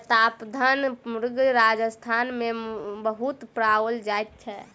प्रतापधन मुर्ग राजस्थान मे बहुत पाओल जाइत छै